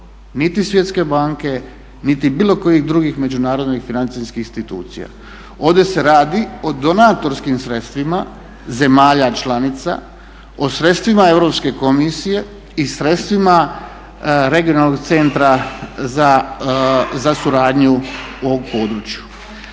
niti Svjetske banke niti bilo kojih drugih međunarodnih financijskih institucija. Ovdje se radi o donatorskim sredstvima zemalja članica, o sredstvima Europske komisije i sredstvima regionalnog Centra za suradnju u ovom području.